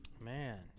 man